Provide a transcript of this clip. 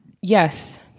Yes